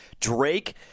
Drake